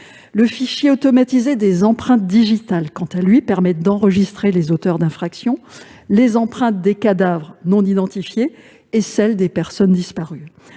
Le fichier automatisé des empreintes digitales (FAED), quant à lui, permet d'enregistrer les auteurs d'infractions, les empreintes des cadavres non identifiés et celles des personnes disparues.